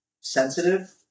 sensitive